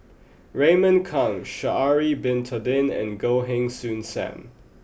Raymond Kang Sha'ari bin Tadin and Goh Heng Soon Sam